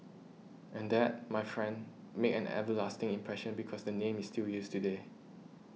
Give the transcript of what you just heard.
and that my friend made an everlasting impression because the name is still used today